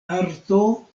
arto